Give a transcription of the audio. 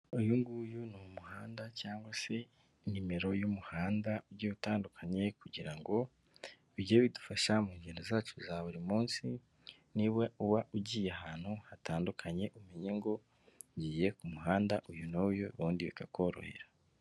Uyunguyu ni umuhanda cyangwa se nimero y'umuhanda ugiye utandukanye kugira ngo bijye bidufasha mu ngendo zacu za buri munsi, niba wuba ugiye ahantu hatandukanye umenya ngo ngiye ku muhanda uyu n'uyu ubundi bikakorohera.